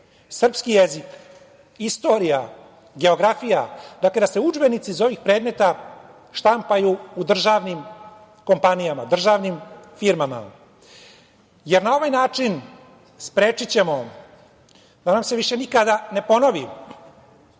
srpski jezik, istorija, geografija, dakle da se udžbenici iz ovih predmeta štampaju u državnim kompanijama, državnim firmama, jer na ovaj način sprečićemo da nam se više nikada ne ponovi